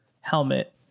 helmet